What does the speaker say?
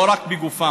לא רק בגופם.